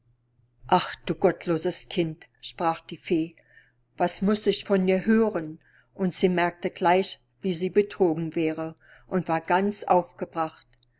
ach du gottloses kind sprach die fee was muß ich von dir hören und sie merkte gleich wie sie betrogen wäre und war ganz aufgebracht